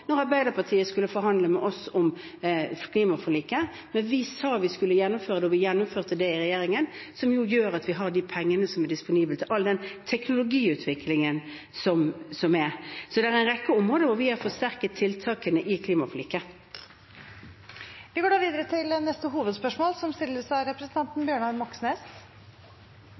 Arbeiderpartiet skulle forhandle med oss om klimaforliket. Men vi sa vi skulle gjennomføre det, og vi gjennomførte det i regjering, noe som gjør at vi har de pengene disponible til all den teknologiutviklingen som er. Så vi har forsterket tiltakene i klimaforliket på en rekke områder. Vi går videre til neste hovedspørsmål. Solberg bruker flertallsregjeringen til å nulle ut flertallsviljen på Stortinget. Etter Rødts forslag vedtok som